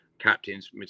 captain's